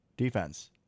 defense